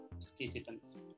participants